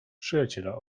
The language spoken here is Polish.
przyjaciela